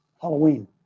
Halloween